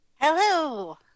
Hello